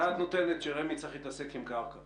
הדעת נותנת שרמ"י צריכה להתעסק עם קרקע